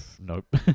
Nope